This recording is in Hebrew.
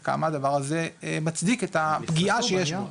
כמה הדבר הזה מצדיק את הפגיעה שיש בו.